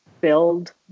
build